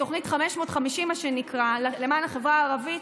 את תוכנית 550 למען החברה הערבית,